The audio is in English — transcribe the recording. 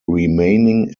remaining